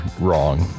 wrong